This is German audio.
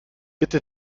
bitte